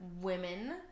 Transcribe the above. women